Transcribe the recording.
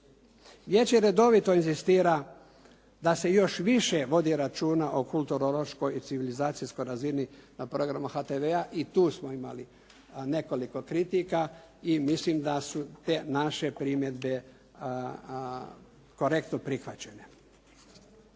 Vijeće redovito inzistira da se još više vodi računa o kulturološkoj i civilizacijskoj razini na programu HTV-a i tu smo imali nekoliko kritika i mislim da su te naše primjedbe korektno prihvaćene.